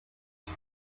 iri